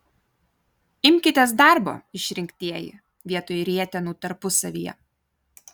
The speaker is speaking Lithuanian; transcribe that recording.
imkitės darbo išrinktieji vietoj rietenų tarpusavyje